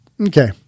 Okay